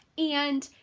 and